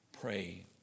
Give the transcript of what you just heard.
Pray